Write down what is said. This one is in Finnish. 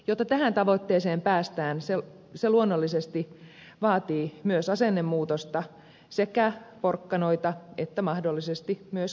jotta tähän tavoitteeseen päästään se luonnollisesti vaatii myös asennemuutosta sekä porkkanoita että mahdollisesti myös keppiä